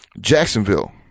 Jacksonville